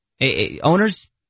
Owners